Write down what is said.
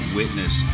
witness